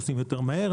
נוסעים יותר מהר,